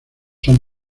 son